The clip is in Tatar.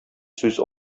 сүз